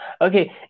Okay